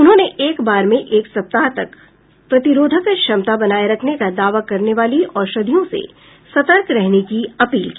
उन्होंने एक बार में एक सप्ताह तक प्रतिरोधक क्षमता बनाए रखने का दावा करने वाली औषधियों से सतर्क रहने की अपील की